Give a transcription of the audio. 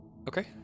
Okay